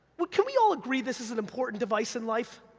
but can we all agree this is an important device in life?